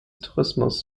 tourismus